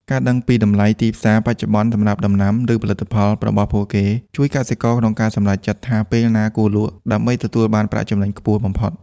ការដឹងពី តម្លៃទីផ្សារ បច្ចុប្បន្នសម្រាប់ដំណាំ ឬផលិតផលរបស់ពួកគេ ជួយកសិករក្នុងការសម្រេចចិត្តថាពេលណាគួរលក់ ដើម្បីទទួលបានប្រាក់ចំណេញខ្ពស់បំផុត។